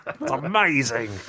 amazing